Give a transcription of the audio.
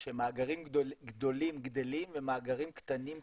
שמאגרים גדולים גדלים ומאגרים קטנים קטנים.